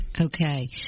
Okay